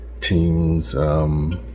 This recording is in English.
Teams